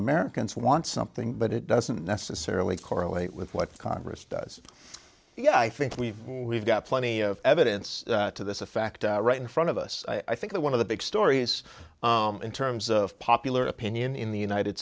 americans want something but it doesn't necessarily correlate with what congress does yeah i think we've we've got plenty of evidence to this effect right in front of us i think that one of the big stories in terms of popular opinion in the united